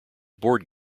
board